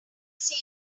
see